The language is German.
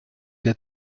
der